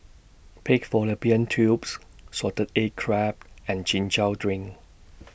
Pig Fallopian Tubes Salted Egg Crab and Chin Chow Drink